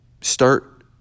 start